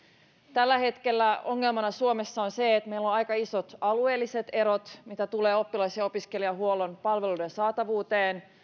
tällä hetkellä ongelmana suomessa on se että meillä on aika isot alueelliset erot mitä tulee oppilas ja opiskelijahuollon palveluiden saatavuuteen